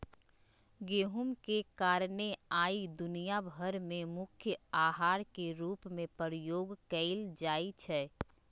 गेहूम के कारणे आइ दुनिया भर में मुख्य अहार के रूप में प्रयोग कएल जाइ छइ